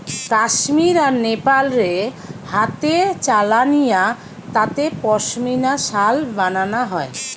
কামীর আর নেপাল রে হাতে চালানিয়া তাঁতে পশমিনা শাল বানানা হয়